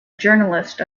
journalist